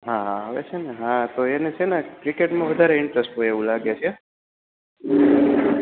હા આવે છે ને હા આવે છે ને તો એને છે ને ક્રિકેટમાં વધારે ઇન્ટરેસ્ટ છે કોઈ એવું લાગે છે